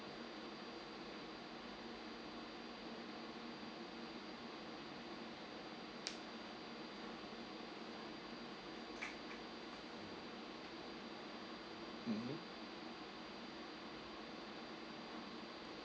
mmhmm